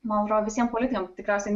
man atrodo visiem politiniam tikriausiai